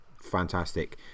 fantastic